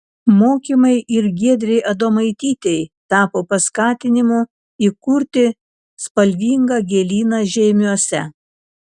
mokymai ir giedrei adomaitytei tapo paskatinimu įkurti spalvingą gėlyną žeimiuose